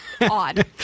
odd